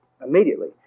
immediately